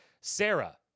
Sarah